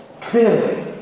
clearly